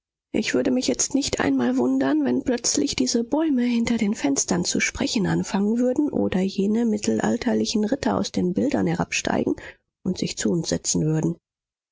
ich würde mich jetzt nicht einmal wundern wenn plötzlich diese bäume hinter den fenstern zu sprechen anfangen würden oder jene mittelalterlichen ritter aus den bildern herabsteigen und sich zu uns setzen würden